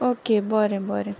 okay बोरें बोरें